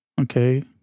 okay